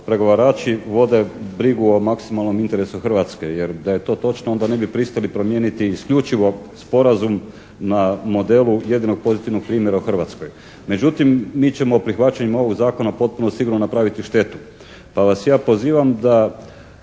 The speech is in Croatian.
pregovarači vode brigu o maksimalnom interesu Hrvatske, jer da je to točno onda ne bi pristali promijeniti isključivo sporazum na modelu jedinog pozitivnog primjera u Hrvatskoj. Međutim mi ćemo prihvaćanjem ovog zakona potpuno sigurno napraviti štetu pa vas ja pozivam da